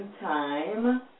time